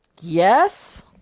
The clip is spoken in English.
Yes